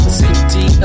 city